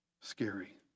Scary